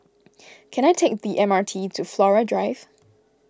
can I take the M R T to Flora Drive